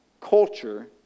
culture